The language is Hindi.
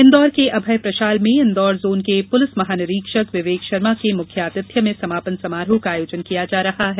इंदौर के अभय प्रषाल में इंदौर जोन के पुलिस महानिरीक्षक विवेक षर्मा के मुख्य आतिथ्य में समापन समारोह का आयोजन किया जा रहा है